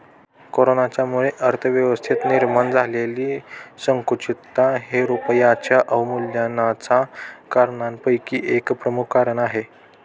कोरोनाच्यामुळे अर्थव्यवस्थेत निर्माण झालेली संकुचितता हे रुपयाच्या अवमूल्यनाच्या कारणांपैकी एक प्रमुख कारण आहे